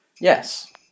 Yes